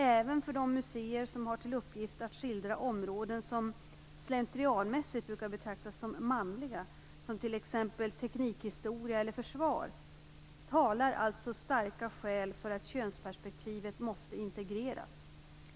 Även för de museer som har till uppgift att skildra områden som slentrianmässigt brukar betraktas som "manliga", som t.ex. teknikhistoria eller försvar, talar alltså starka skäl för att könsperspektivet måste integreras.